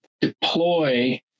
deploy